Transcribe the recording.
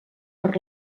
per